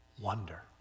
wonder